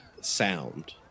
sound